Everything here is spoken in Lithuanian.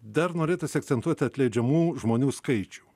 dar norėtųsi akcentuoti atleidžiamų žmonių skaičių